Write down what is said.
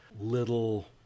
little